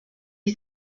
you